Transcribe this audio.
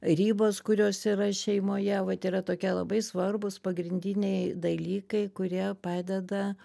ribos kurios yra šeimoje vat yra tokie labai svarbūs pagrindiniai dalykai kurie padeda